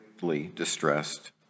Distressed